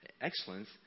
excellence